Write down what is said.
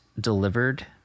delivered